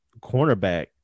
cornerback